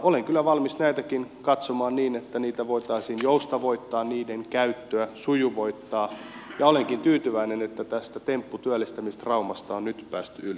olen kyllä valmis näitäkin katsomaan niin että niitä voitaisiin joustavoittaa niiden käyttöä sujuvoittaa ja olenkin tyytyväinen että tästä tempputyöllistämistraumasta on nyt päästy yli